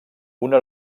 una